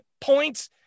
points